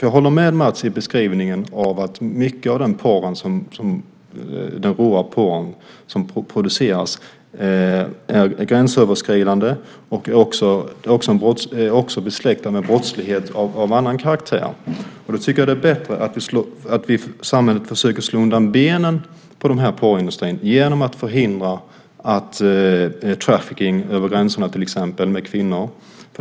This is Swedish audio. Jag håller med Mats om att mycket av den råa pornografi som produceras är gränsöverskridande och också besläktad med brottslighet av annan karaktär. Därför tycker jag att det är bättre att samhället försöker slå undan benen på porrindustrin till exempel genom att förhindra trafficking med kvinnor över gränserna.